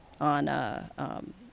on